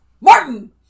martin